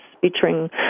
featuring